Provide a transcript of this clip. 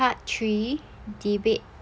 part three debate